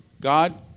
God